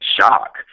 shock